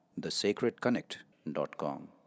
thesacredconnect.com